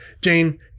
Jane